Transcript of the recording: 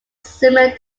similar